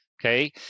okay